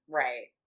right